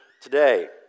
today